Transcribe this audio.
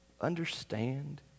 understand